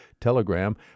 Telegram